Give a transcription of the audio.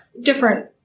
different